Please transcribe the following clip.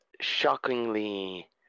shockingly